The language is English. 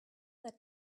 that